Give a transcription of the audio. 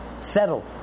settle